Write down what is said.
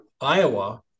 Iowa